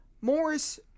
morris